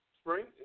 Spring